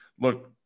look